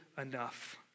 enough